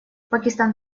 пакистан